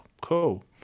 cool